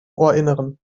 ohrinneren